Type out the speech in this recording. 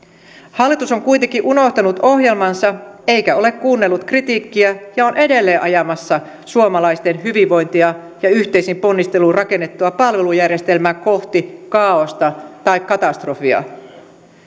hallitus on kuitenkin unohtanut ohjelmansa eikä ole kuunnellut kritiikkiä ja on edelleen ajamassa suomalaisten hyvinvointia ja yhteisin ponnisteluin rakennettua palvelujärjestelmää kohti kaaosta tai katastrofia